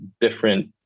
different